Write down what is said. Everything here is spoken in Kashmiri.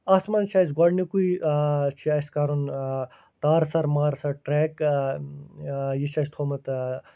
اَتھ منٛز چھِ اَسہِ گۄڈٕنِکُے چھِ اَسہِ کَرُن تارسَر مارسَر ٹرٛٮ۪ک یہِ چھِ اَسہِ تھوٚمُت